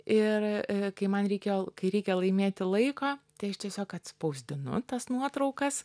ir kai man reikėjo kai reikia laimėti laiko tai aš tiesiog atspausdinu tas nuotraukas